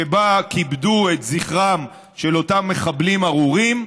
שבה כיבדו את זכרם של אותם מחבלים ארורים.